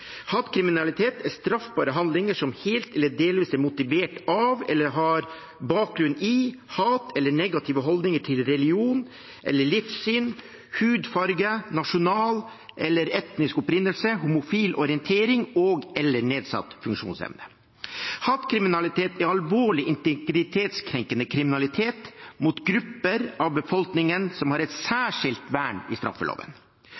Hatkriminalitet er straffbare handlinger som helt eller delvis er motivert av, eller som har bakgrunn i, hat eller negative holdninger til religion, livssyn, hudfarge, nasjonal eller etnisk opprinnelse, homofil orientering og/eller nedsatt funksjonsevne. Hatkriminalitet er alvorlig integritetskrenkende kriminalitet mot grupper av befolkningen som har et